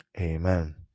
Amen